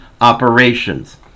operations